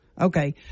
Okay